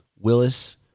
Willis